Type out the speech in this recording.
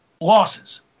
losses